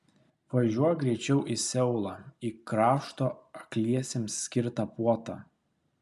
važiuok greičiau į seulą į krašto akliesiems skirtą puotą